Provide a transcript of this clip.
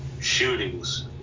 shootings